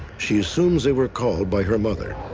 she assumes they were called by her mother.